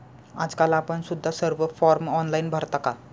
आजकाल आपण सुद्धा सर्व फॉर्म ऑनलाइन भरता का?